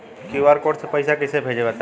QR code से पईसा कईसे भेजब बताई?